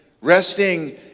resting